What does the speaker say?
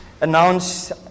announce